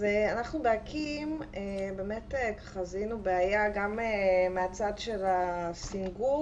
אנחנו באקי"ם זיהינו בעיה גם מהצד של הסינגור